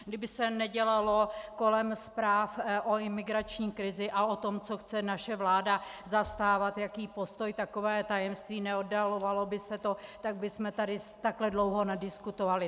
Kdyby se nedělalo kolem zpráv o imigrační krizi a o tom, co chce naše vláda zastávat, jaký postoj, takové tajemství, neoddalovalo by se to, tak bychom tady takto dlouho nediskutovali.